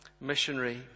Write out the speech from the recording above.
missionary